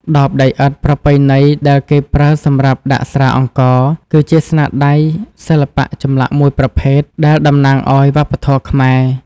ដបដីឥដ្ឋប្រពៃណីដែលគេប្រើសម្រាប់ដាក់ស្រាអង្ករ គឺជាស្នាដៃសិល្បៈចម្លាក់មួយប្រភេទ ដែលតំណាងឱ្យវប្បធម៌ខ្មែរ។